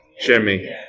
Jimmy